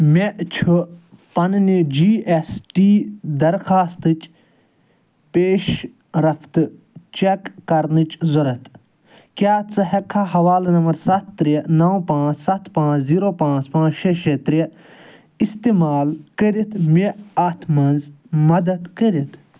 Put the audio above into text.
مےٚ چھُ پنٕنہِ جی ایس ٹی درخاستٕچ پیش رفت چیک کَرنٕچ ضروٗرت کیٛاہ ژٕ ہؠکٕکھا حوالہٕ نمبر سَتھ ترٛےٚ نَو پانٛژھ سَتھ پانٛژھ زیرَو پانٛژھ شےٚ شےٚ ترٛےٚ استعمال کٔرتھ مےٚ اتھ منٛز مدد کٔرتھ